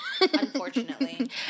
Unfortunately